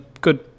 good